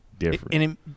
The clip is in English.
Different